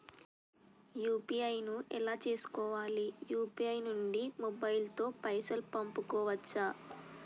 UPI ను ఎలా చేస్కోవాలి యూ.పీ.ఐ నుండి మొబైల్ తో పైసల్ పంపుకోవచ్చా?